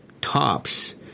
tops